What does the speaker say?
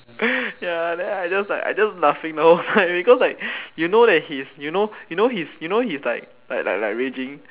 ya then I just like I just laughing the whole time because like you know that he's you know you know he's you know he's like like like raging